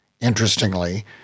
interestingly